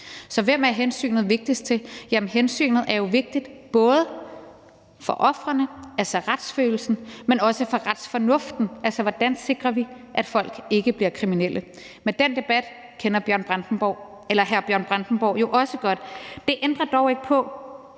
til hvem er det vigtigst at tage hensyn? Jamen både hensynet til ofrene, altså retsfølelsen, men også til retsfornuften, altså hvordan vi sikrer, at folk ikke bliver kriminelle, er jo vigtigt, men den debat kender hr. Bjørn Brandenborg jo også godt. Det ændrer dog ikke på,